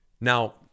Now